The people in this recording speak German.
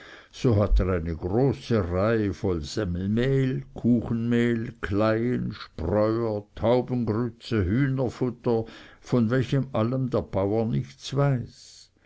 so hat er eine große reihe voll semmelmehl kuchenmehl kleien spreuer taubengrütze hühnerfutter von welchem allem der bauer nichts weiß